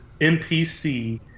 NPC